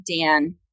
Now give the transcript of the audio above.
Dan